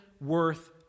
worth